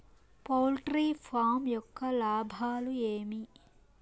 poultry farm యొక్క లాభాలు ఏమి